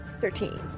Thirteen